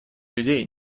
людей